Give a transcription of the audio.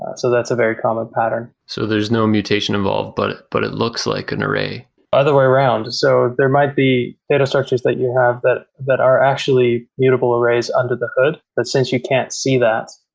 ah so that's a very common pattern. so there's no mutation involved, but but it looks like an array other way around. so there might be data structures that you have that that are actually mutable arrays under the hood, but since you can't see that,